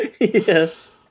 Yes